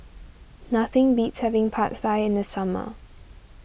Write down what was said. nothing beats having Pad Thai in the summer